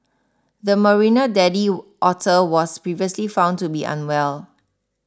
the Marina daddy otter was previously found to be unwell